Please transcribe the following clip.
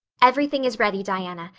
everything is ready, diana,